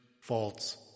false